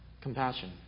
compassion